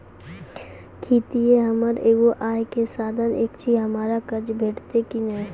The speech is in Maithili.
खेतीये हमर एगो आय के साधन ऐछि, हमरा कर्ज भेटतै कि नै?